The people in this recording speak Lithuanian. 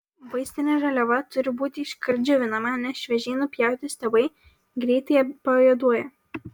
vaistinė žaliava turi būti iškart džiovinama nes šviežiai nupjauti stiebai greitai pajuoduoja